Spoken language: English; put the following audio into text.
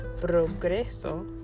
progreso